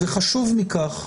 וחשוב מכך,